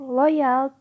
loyal